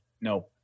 no